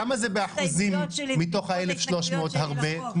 כמה זה באחוזים מתוך ה-1,300 הרבה?